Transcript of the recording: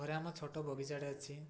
ଘରେ ଆମ ଛୋଟ ବଗିଚାଟିଏ ଅଛି